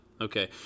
Okay